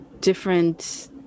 different